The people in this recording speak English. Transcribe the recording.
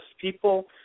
people